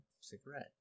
cigarette